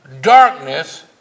darkness